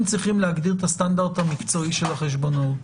צריכים להגדיר את הסטנדרט המקצועי של החשבונאות.